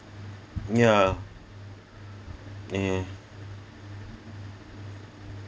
yeah eh